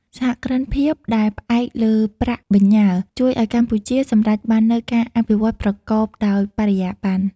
សហគ្រិនភាពដែលផ្អែកលើប្រាក់បញ្ញើ ជួយឱ្យកម្ពុជាសម្រេចបាននូវ "ការអភិវឌ្ឍប្រកបដោយបរិយាបន្ន"។